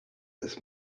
this